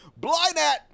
Blindat